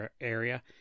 area